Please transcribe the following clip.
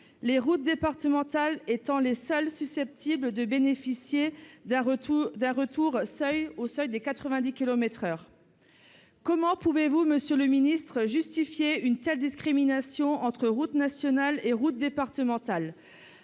les routes départementales étant les seules susceptibles de bénéficier d'un retour au seuil des 90 kilomètres par heure. Monsieur le ministre, comment pouvez-vous justifier une telle discrimination entre routes nationales et routes départementales ?